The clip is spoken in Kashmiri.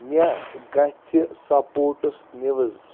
مےٚ گَژھِ سپوٹٕس نِوٕز